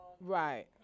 Right